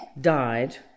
died